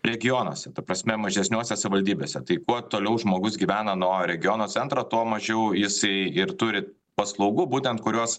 regionuose ta prasme mažesniuose savivaldybėse tai kuo toliau žmogus gyvena nuo regiono centro tuo mažiau jisai ir turi paslaugų būtent kurios